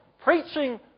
preaching